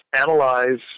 analyze